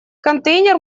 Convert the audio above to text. контейнер